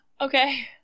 okay